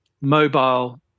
mobile